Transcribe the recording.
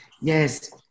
yes